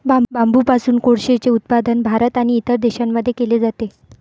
बांबूपासून कोळसेचे उत्पादन भारत आणि इतर देशांमध्ये केले जाते